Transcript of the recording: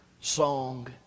song